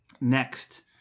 Next